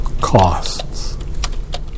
Costs